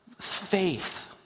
faith